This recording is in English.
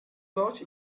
such